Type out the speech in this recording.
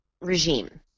regime